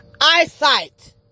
eyesight